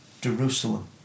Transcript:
Jerusalem